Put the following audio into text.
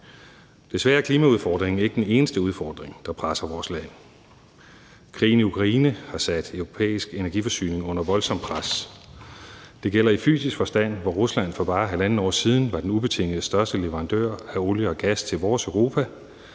Desværre er klimaudfordringen ikke den eneste udfordring, der presser vores land. Krigen i Ukraine har sat den europæiske energiforsyning under voldsomt pres. Det gælder i fysisk forstand, hvor Rusland for bare halvandet år siden var den ubetinget største leverandør af olie og gas til vores Europa,